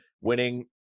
winning